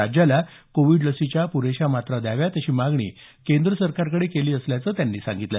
राज्याला कोविड लसीच्या प्रेशा मात्रा द्याव्यात अशी मागणी केंद्र सरकारकडे केली असल्याचं त्यांनी सांगितलं